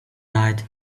night